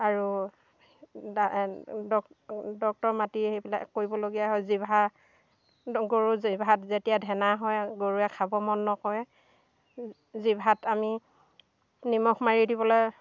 আৰু ডা ডক ডক্টৰ মাতি সেইবিলাক কৰিবলগীয়া হয় জিভাৰ গৰু জিভাত যেতিয়া ধেনা হয় গৰুৱে খাব মন নকৰে জিভাত আমি নিমখ মাৰি দিবলৈ